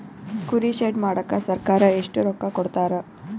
ಕುರಿ ಶೆಡ್ ಮಾಡಕ ಸರ್ಕಾರ ಎಷ್ಟು ರೊಕ್ಕ ಕೊಡ್ತಾರ?